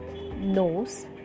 nose